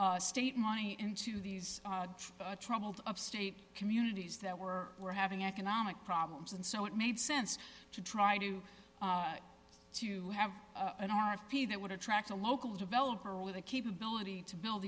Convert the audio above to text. state money into these troubled upstate communities that were were having economic problems and so it made sense to try to to have an r p that would attract a local developer with the capability to build